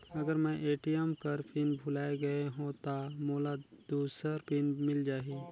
अगर मैं ए.टी.एम कर पिन भुलाये गये हो ता मोला दूसर पिन मिल जाही?